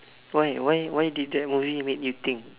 why why why did that movie made you think